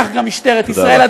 כך גם משטרת ישראל.